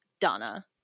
Donna